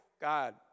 God